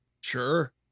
Sure